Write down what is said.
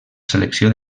selecció